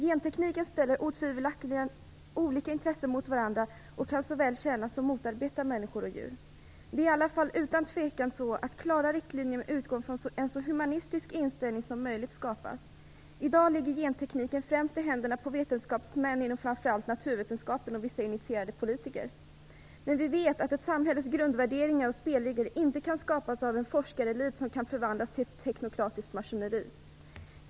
Gentekniken ställer otvivelaktigt olika intressen mot varandra och kan såväl tjäna som motarbeta människor och djur. Det är i alla fall utan tvekan så att klara riktlinjer med utgång från en så humanistisk inställning som möjligt skapas. I dag ligger gentekniken främst i händerna på vetenskapsmän inom framför allt naturvetenskapen och på vissa initierade politiker. Men vi vet att ett samhälles grundvärderingar och spelregler inte kan skapas av en forskarelit som kan förvandlas till ett teknokratiskt maskineri.